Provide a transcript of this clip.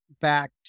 back